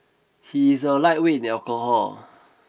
he is a lightweight in alcohol